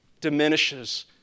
diminishes